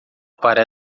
para